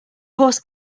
horse